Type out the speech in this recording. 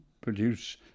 produce